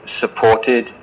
supported